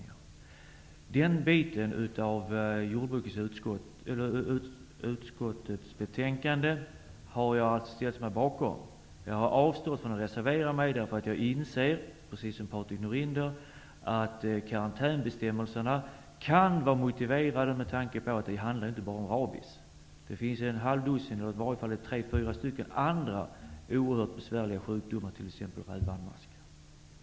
Jag har ställt mig bakom den delen av jordbruksutskottets betänkande. Jag har avstått från att reservera mig, därför att jag inser, precis som Patrik Norinder, att karantänbestämmelserna kan vara motiverade med tanke på att det inte bara handlar om rabies. Det finns i varje fall tre fyra andra oerhört besvärliga sjukdomer.